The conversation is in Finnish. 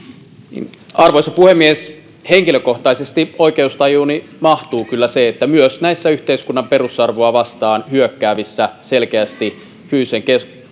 arvoisa puhemies henkilökohtaisesti oikeustajuuni mahtuu kyllä se että myös näissä yhteiskunnan perusarvoa vastaan hyökkäävissä selkeästi fyysisen